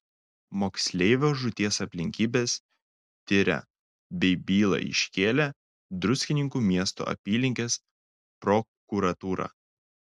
moksleivio žūties aplinkybes tiria bei bylą iškėlė ir druskininkų miesto apylinkės prokuratūra